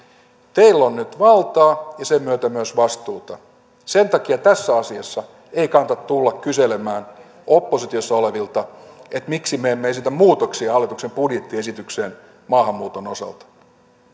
teillä on nyt valtaa ja sen myötä myös vastuuta sen takia tässä asiassa ei kannata tulla kyselemään oppositiossa olevilta miksi me emme esitä muutoksia hallituksen budjettiesitykseen maahanmuuton osalta että